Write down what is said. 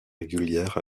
régulière